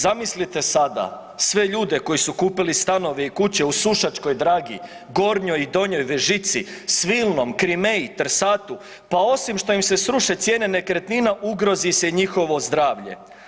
Zamislite sada sve ljude koji su kupili stanove i kuće u Sušačkoj Dragi, Gornjoj i Donjoj Vežici, Svilnom, Krimeji, Trsatu pa osim što im se sruše cijene nekretnina ugrozi se i njihovo zdravlje.